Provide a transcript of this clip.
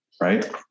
right